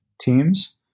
teams